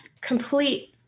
complete